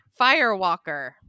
Firewalker